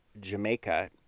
Jamaica